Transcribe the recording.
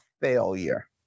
failure